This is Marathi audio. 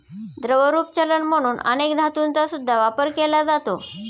द्रवरूप चलन म्हणून अनेक धातूंचा सुद्धा वापर केला जातो